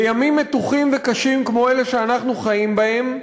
בימים מתוחים וקשים כמו אלה שאנחנו חיים בהם,